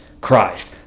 Christ